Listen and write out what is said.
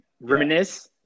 Reminisce